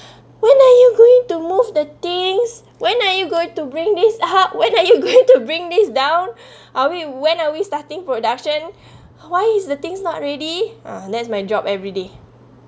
when are you going to move the things when are you going to bring this up when are you going to bring this down are we when are we starting production why is the things not ready[ah] that's my job every day